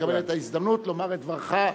מקבל את ההזדמנות לומר את דברך,